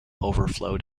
overflowed